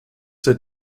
set